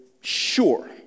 sure